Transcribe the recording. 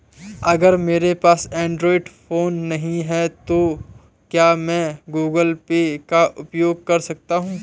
अगर मेरे पास एंड्रॉइड फोन नहीं है तो क्या मैं गूगल पे का उपयोग कर सकता हूं?